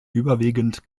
überwiegend